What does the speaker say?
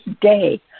day